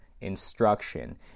instruction